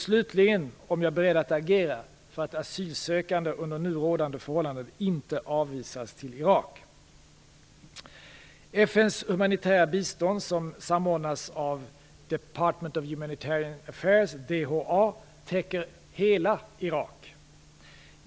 Slutligen har han frågat om jag är beredd att agera för att asylsökande under nu rådande förhållanden inte avvisas till Irak. FN:s humanitära bistånd, som samordnas av Department of Humanitarian Affairs , täcker hela Irak.